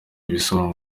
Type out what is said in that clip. bisobanuro